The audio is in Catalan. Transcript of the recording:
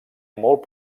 molt